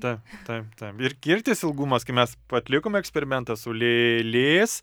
taip taip taip ir kirtis ilgumas kai mes atlikom eksperimentą su lėlės